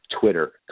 Twitter